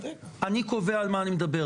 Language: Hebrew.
אני קובע על מה אני מדבר.